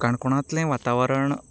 काणकोणांतलें वातावरण